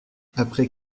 après